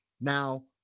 Now